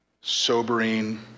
sobering